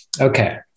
Okay